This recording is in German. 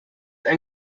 ein